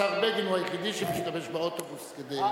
השר בגין הוא היחיד שמשתמש באוטובוס כדי,